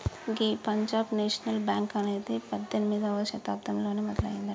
గీ Punjab national bank అనేది పద్దెనిమిదవ శతాబ్దంలోనే మొదలయ్యిందట